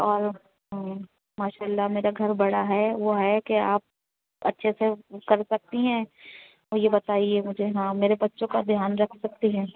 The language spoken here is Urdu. اور ماشاء اللہ میرا گھر بڑا ہے وہ ہے کہ آپ اچھے سے کر سکتی ہیں یہ بتائیے مجھے ہاں میرے بچوں کا دھیان رکھ سکتی ہیں